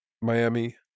Miami